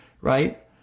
right